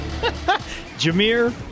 Jameer